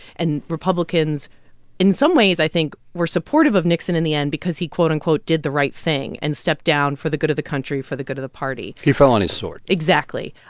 and republicans in some ways, i think, were supportive of nixon in the end because he, quote-unquote, did the right thing and stepped down for the good of the country and for the good of the party he fell on his sword exactly.